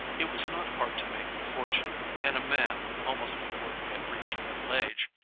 it was not hard to make a fortune and a man, almost before he had reached middle age,